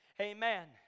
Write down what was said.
Amen